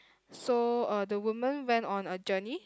so uh the woman went on a journey